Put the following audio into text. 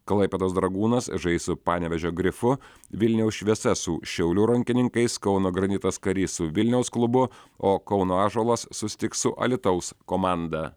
klaipėdos dragūnas žais su panevėžio grifu vilniaus šviesa su šiaulių rankininkais kauno granitas karys su vilniaus klubu o kauno ąžuolas susitiks su alytaus komanda